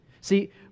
See